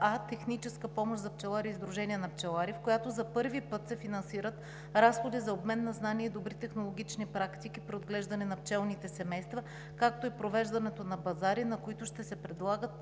– „Техническа помощ за пчелари и сдружения на пчелари“, в която за първи път се финансират разходи за обмен на знания и добри технологични практики при отглеждане на пчелните семейства, както и провеждането на пазари, на които ще се предлагат